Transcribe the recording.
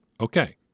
okay